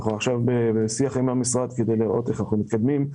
אנחנו עכשיו בשיח עם המשרד כדי לראות איך אנחנו מקדמים.